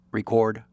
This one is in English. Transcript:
Record